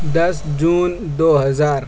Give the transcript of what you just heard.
دس جون دو ہزار